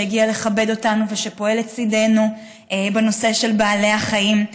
שהגיע לכבד אותנו ושפועל לצידנו בנושא של בעלי החיים.